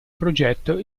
progetto